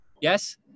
yes